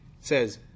says